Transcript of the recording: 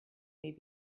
may